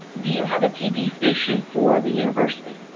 do you have a tv station for the university?